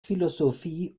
philosophie